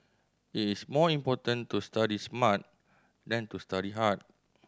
it is more important to study smart than to study hard